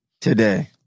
Today